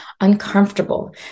uncomfortable